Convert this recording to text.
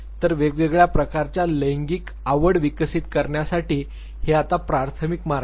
तर वेगवेगळ्या प्रकारच्या लैंगिक आवड विकसित करण्यासाठी हे आता प्राथमिक मार्ग आहेत